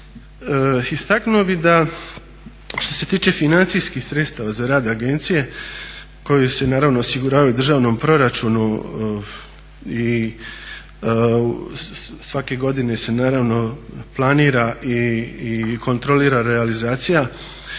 Istaknuo bih da što se tiče financijskih sredstava za rad agencije koji se naravno osiguravaju u državnom proračunu i svake godine se naravno planira i kontrolira realizacija,